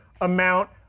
amount